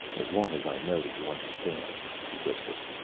as long as i know that you understand, he whispered.